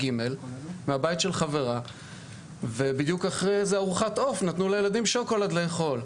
שהממלכתי-דתי עיגן לעצמו את הזכויות שהוא חושב שחשובות לו לעצמאות